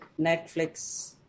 Netflix